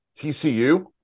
TCU